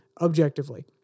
objectively